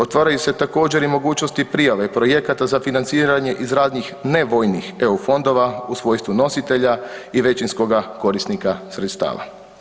Otvaraju se također, i mogućnosti i prijave projekata za financiranje iz raznih nevojnih EU fondova u svojstvu nositelja i većinskoga korisnika sredstava.